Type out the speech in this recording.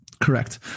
Correct